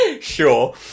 sure